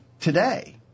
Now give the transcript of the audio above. today